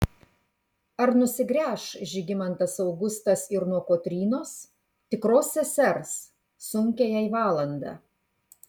ar nusigręš žygimantas augustas ir nuo kotrynos tikros sesers sunkią jai valandą